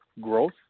growth